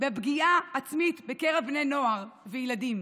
בפגיעה עצמית בקרב בני נוער וילדים.